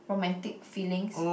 romantic feelings